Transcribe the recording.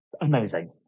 Amazing